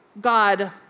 God